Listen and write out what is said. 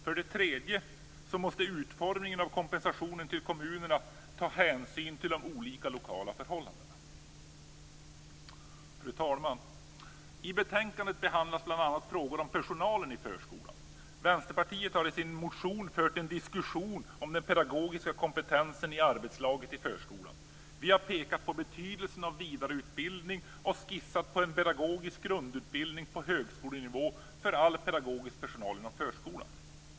För det tredje måste utformningen av kompensationen till kommunerna ta hänsyn till de olika lokala förhållandena. Fru talman! I betänkandet behandlas bl.a. frågor om personalen i förskolan. Vänsterpartiet har i sin motion fört en diskussion om den pedagogiska kompetensen i arbetslaget i förskolan. Vi har pekat på betydelsen av vidareutbildning och skissat på en pedagogisk grundutbildning på högskolenivå för all pedagogisk personal inom förskolan.